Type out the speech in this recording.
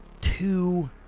two